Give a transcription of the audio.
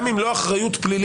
גם אם לא אחריות פלילית,